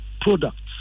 products